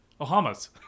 Ohamas